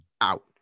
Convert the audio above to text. out